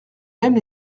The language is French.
même